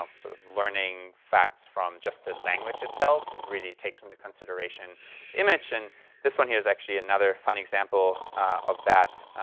um sort of learning facts from just the ah language itself. it really takes into consideration image and this one here's actually another fun example of that.